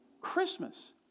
Christmas